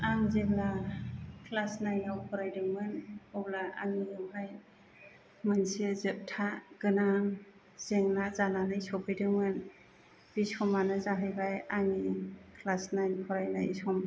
आं जेब्ला क्लास नाइनाव फरायदोंमोन अब्ला आं बेवहाय मोनसे जोबथा गोनां जेंना जानानै सफैदोंमोन बे समानो जाहैबाय आंनि क्लास नाइन फरायनाय सम